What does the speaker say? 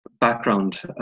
background